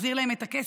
תחזיר להם את הכסף?